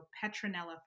Petronella